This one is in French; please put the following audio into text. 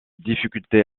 difficultés